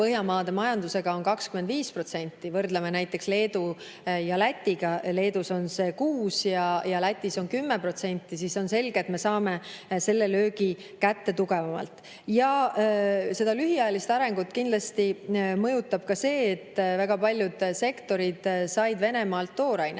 Põhjamaade majandusega on 25%. Kui me võrdleme näiteks Leedu ja Lätiga – Leedus on see 6% ja Lätis on 10% –, siis on selge, et me saame selle löögi kätte tugevamalt. Ja lühiajalist arengut kindlasti mõjutab ka see, et väga paljud sektorid said Venemaalt toorainet